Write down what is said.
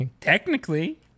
Technically